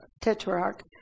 Tetrarch